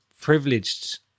privileged